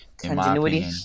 continuity